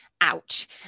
Ouch